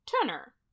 Turner